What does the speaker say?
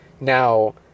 Now